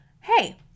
Hey